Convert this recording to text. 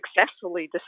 successfully